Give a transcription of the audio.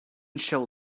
show